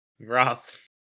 Rough